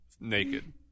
naked